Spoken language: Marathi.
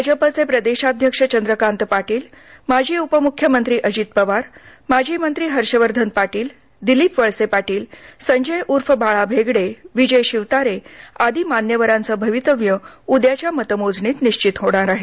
भाजपाचे प्रदेशाध्यक्ष चंद्रकांत पाटील माजी उपमुख्यमंत्री अजित पवार माजी मंत्री हर्षवर्धन पाटील दिलीप वळसे पाटील संजय उर्फ बाळा भेगडे विजय शिवतारे आदी मान्यवरांचं भवितव्य उद्याच्या मतमोजणीत निश्चित होणार आहे